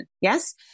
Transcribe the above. Yes